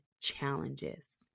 challenges